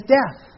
death